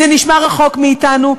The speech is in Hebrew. זה נשמע רחוק מאתנו,